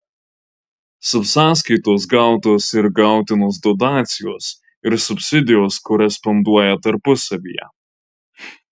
subsąskaitos gautos ir gautinos dotacijos ir subsidijos koresponduoja tarpusavyje